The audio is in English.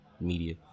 media